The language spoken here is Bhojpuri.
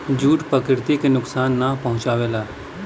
जूट प्रकृति के नुकसान ना पहुंचावला